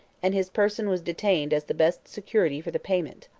and his person was detained as the best security for the payment.